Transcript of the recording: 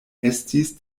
estis